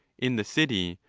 in the city,